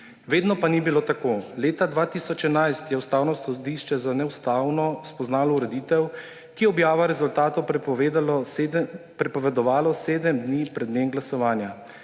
Vedno pa ni bilo tako. Leta 2011 je Ustavno sodišče za neustavno spoznalo ureditev, ki je objavo rezultatov prepovedovala sedem dni pred dnem glasovanja.